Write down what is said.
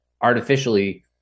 artificially